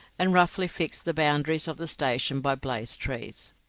and roughly fixed the boundaries of the station by blazed trees,